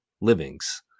livings